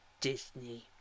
Disney